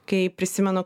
kai prisimenu